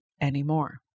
anymore